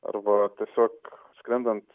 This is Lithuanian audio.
arba tiesiog skrendant